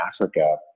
africa